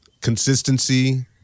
Consistency